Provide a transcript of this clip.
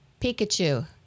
Pikachu